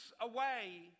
away